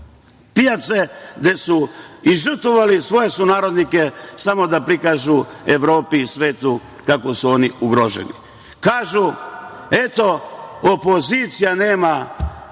pijace, gde su i žrtvovali svoje sunarodnike samo da prikažu Evropi i svetu kako su oni ugroženi. Kažu – eto, opozicija nema